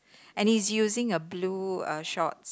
and he's using a blue uh shorts